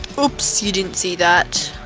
oops you didn't see that